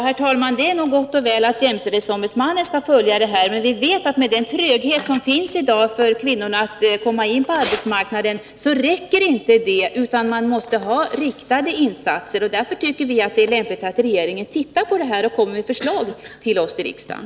Herr talman! Det är nog gott och väl att jämställdhetsombudsmannen skall följa det här. Men vi vet att det, med den tröghet som i dag föreligger när det gäller för kvinnorna att komma in på arbetsmarknaden, inte räcker med det man här har talat om, utan det krävs riktade insatser. Därför tycker vi att det är lämpligt att regeringen ser på saken och lägger fram förslag till riksdagen.